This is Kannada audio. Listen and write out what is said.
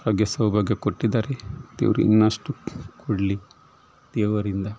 ಹಾಗೆ ಸೌಭಾಗ್ಯ ಕೊಟ್ಟಿದ್ದಾರೆ ದೇವ್ರು ಇನ್ನಷ್ಟು ಕೊಡಲಿ ದೇವರಿಂದ